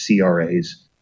CRAs